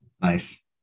nice